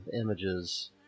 images